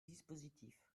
dispositif